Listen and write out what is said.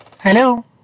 Hello